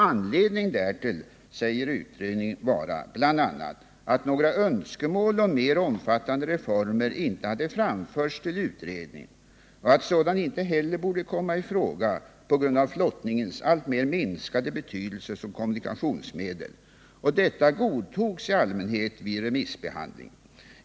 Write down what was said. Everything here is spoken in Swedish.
Anledningen därtill säger utredningen vara bl.a. att några önskemål om mer omfattande reformer inte hade framförts till utredningen och att några sådana inte heller borde komma i fråga på grund av flottningens alltmer minskade betydelse som kommunikationsmedel. Detta godtogs i allmänhet vid remissbehandlingen.